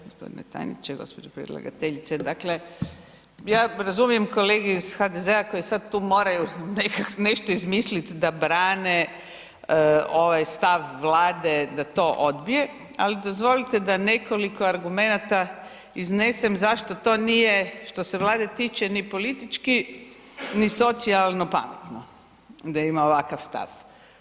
G. tajniče, gđo. predlagateljice, dakle ja razumijem kolege iz HDZ-a koji sad tu moraju nešto izmisliti da brane ovaj stav Vlade da to odbije, ali dozvolite da nekoliko argumenata iznesem zašto to nije što se Vlade tiče ni politički ni socijalno pametno da ima ovakav stav.